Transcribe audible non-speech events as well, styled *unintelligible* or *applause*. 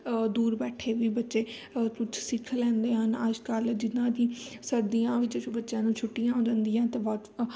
ਦੂਰ ਬੈਠੇ ਵੀ ਬੱਚੇ ਕੁਛ ਸਿੱਖ ਲੈਂਦੇ ਹਨ ਅੱਜ ਕੱਲ੍ਹ ਜਿੱਦਾਂ ਦੀ ਸਰਦੀਆਂ ਵਿੱਚ ਬੱਚਿਆਂ ਨੂੰ ਛੁੱਟੀਆਂ ਹੋ ਜਾਂਦੀਆਂ ਅਤੇ *unintelligible*